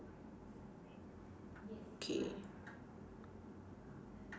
okay